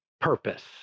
purpose